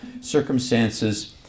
circumstances